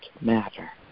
matter